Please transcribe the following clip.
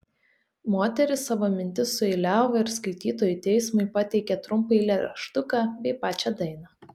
moteris savo mintis sueiliavo ir skaitytojų teismui pateikė trumpą eilėraštuką bei pačią dainą